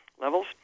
levels